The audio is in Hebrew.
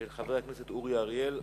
של חבר הכנסת אורי אריאל,